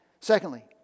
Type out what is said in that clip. Secondly